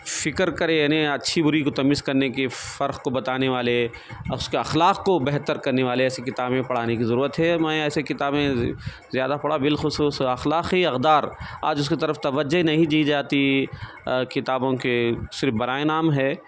فکر کرے یعنی اچھی بری کو تمیز کرنے کی فرق کو بتانے والے اس کے اخلاق کو بہتر کرنے والے ایسی کتابیں پڑھانے کی ضرورت ہے میں ایسی کتابیں زیادہ پڑھا بالخصوص اخلاقی اقدار آج اس کی طرف توجہ نہیں دی جاتی کتابوں کے صرف برائے نام ہے